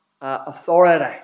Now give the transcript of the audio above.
authority